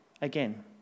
again